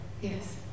Yes